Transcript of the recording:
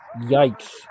Yikes